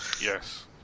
yes